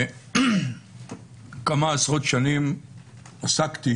כמה עשרות שנים עסקתי